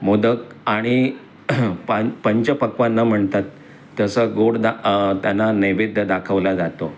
मोदक आणि पा पंचपक्वान्नं म्हणतात तसं गोडदा त्यांना नैवेद्य दाखवला जातो